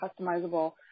customizable